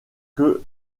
que